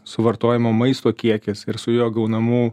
suvartojamo maisto kiekis ir su juo gaunamų